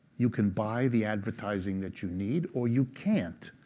you can buy the advertising that you need or you can't.